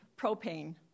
propane